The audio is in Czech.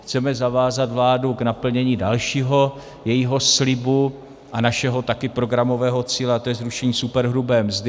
Chceme zavázat vládu k naplnění dalšího jejího slibu a také našeho programového cíle, a to je zrušení superhrubé mzdy.